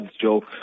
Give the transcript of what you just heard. Joe